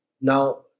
Now